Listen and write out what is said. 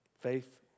Faith